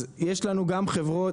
אז יש לנו גם חברות,